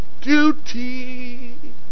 duty